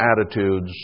attitudes